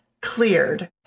cleared